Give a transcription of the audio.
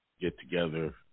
get-together